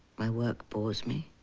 my work bores me